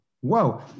Whoa